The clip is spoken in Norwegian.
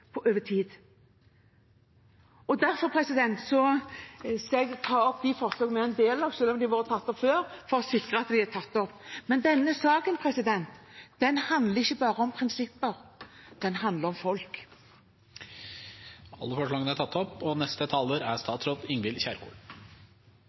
over tid. Derfor skal jeg ta opp de forslagene vi er en del av, selv om de har vært tatt opp før, for å være sikker. Denne saken handler ikke bare om prinsipper. Den handler om folk. Alle forslagene er tatt opp. Alle som oppholder seg i Norge, har rett til øyeblikkelig hjelp og helsehjelp som er